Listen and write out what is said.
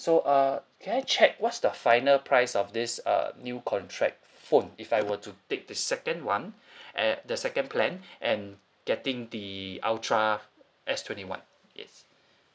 so uh can I check what's the final price of this uh new contract phone if I were to take the second one at the second plan and getting the ultra S twenty one yes